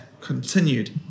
continued